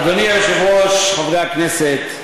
אדוני היושב-ראש, חברי הכנסת,